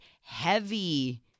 heavy